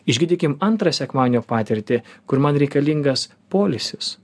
išgydykim antrą sekmadienio patirtį kur man reikalingas poilsis